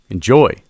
Enjoy